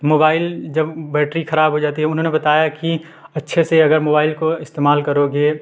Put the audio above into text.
mobile जब battery ख़राब हो जाती है उन्होंने बताया कि अच्छे से अगर मोबाइल को इस्तेमाल करोगे